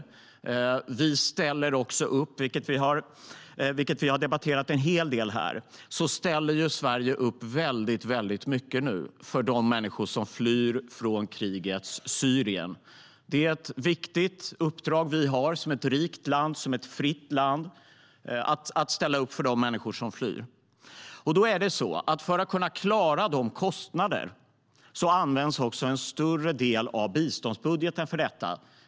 Vi ställer också upp väldigt mycket, vilket vi har debatterat en hel del här, för de människor som flyr från krigets Syrien. Det är ett viktigt uppdrag som vi har som ett rikt och fritt land att ställa upp för de människor som flyr. För att kunna klara dessa kostnader används också en större del av biståndsbudgeten för detta.